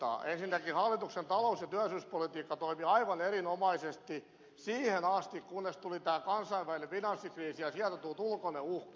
ensinnäkin hallituksen talous ja työllisyyspolitiikka toimi aivan erinomaisesti siihen asti kunnes tuli tämä kansainvälinen finanssikriisi ja sieltä tullut ulkoinen uhka